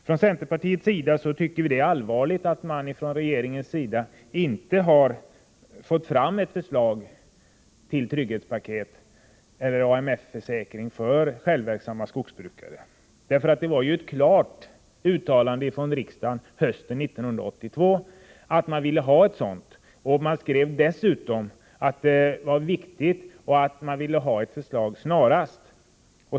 Från centerpartiets sida tycker vi att det är allvarligt att regeringen inte har fått fram ett förslag till trygghetspaket eller AMF-försäkring för självverksamma skogsbrukare. Det var ju ett klart uttalande som riksdagen gjorde hösten 1982 om att man ville ha ett sådant system. Riksdagen skrev dessutom att detta är viktigt och att man ville ha ett förslag snarast.